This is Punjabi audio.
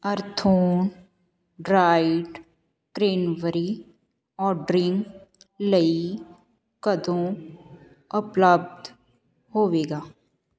ਅਰਥੋਨ ਡਰਾਇਡ ਕ੍ਰੇਨਬਰੀ ਔਡਰਿੰਗ ਲਈ ਕਦੋਂ ਉਪਲੱਬਧ ਹੋਵੇਗਾ